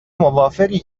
موافقی